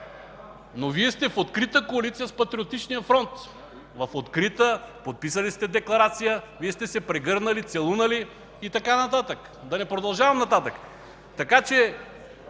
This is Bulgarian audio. но Вие сте в открита коалиция с Патриотичния фронт. В открита! Подписали сте декларация – Вие сте се прегърнали, целунали и така нататък. Да не продължавам нататък.